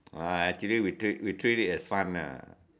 I actually we treat we treat it as fun lah